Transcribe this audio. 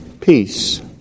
Peace